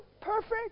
perfect